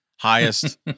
Highest